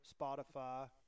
Spotify